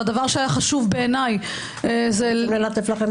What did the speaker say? והדבר שהיה חשוב בעיניי -- ללטף לכם את האגו.